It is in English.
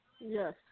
yes